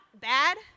bad